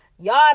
Y'all